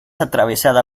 atravesada